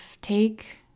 take